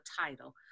title